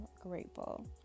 grateful